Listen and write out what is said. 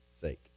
sake